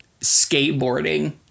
skateboarding